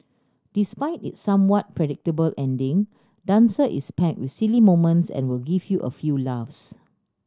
despite its somewhat predictable ending dancer is packed with silly moments and will give you a few laughs